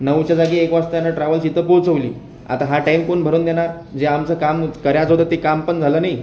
नऊच्या जागी एक वाजता यानं ट्रॅव्हल्स् इथे पोहोचवली आता हा टाइम कोण भरून देणार जे आमचं काम करायचं होतं ते काम पण झालं नाही